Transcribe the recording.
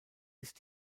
ist